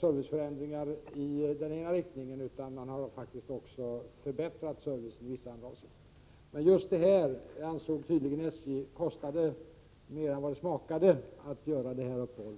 serviceförändringar i en riktning, utan man har faktiskt också förbättrat servicen i vissa andra avseenden. SJ ansåg tydligen att det kostade mer än vad det smakade att göra just det här uppehållet.